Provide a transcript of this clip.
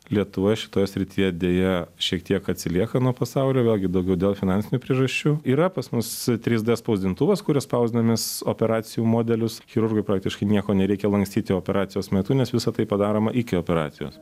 lietuvoje šitoje srityje deja šiek tiek atsilieka nuo pasaulio vėlgi daugiau dėl finansinių priežasčių yra pas mus trys d spausdintuvas kuriuo spausdinamės operacijų modelius chirurgui praktiškai nieko nereikia lankstyti operacijos metu nes visa tai padaroma iki operacijos